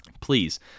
Please